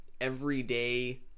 everyday